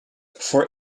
for